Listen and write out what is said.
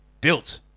built